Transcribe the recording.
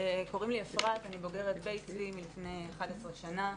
קוראים לי אפרת, אני בוגרת בית צבי מלפני 11 שנה.